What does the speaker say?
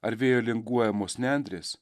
ar vėjo linguojamos nendrės